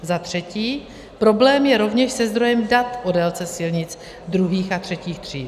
Za třetí, problém je rovněž se zdrojem dat o délce silnic druhých a třetích tříd.